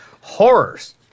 horrors